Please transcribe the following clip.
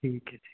ਠੀਕ ਹੈ ਜੀ